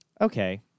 okay